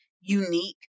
unique